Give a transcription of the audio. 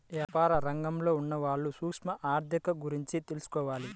యాపార రంగంలో ఉన్నవాళ్ళు సూక్ష్మ ఆర్ధిక గురించి తెలుసుకోవాలి